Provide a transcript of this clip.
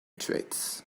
treats